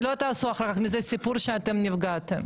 שלא עשו אחר כך מזה סיפור שאתם נפגעתם.